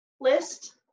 list